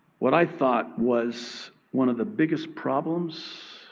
what i thought was one of the biggest problems